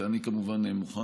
ואני כמובן מוכן,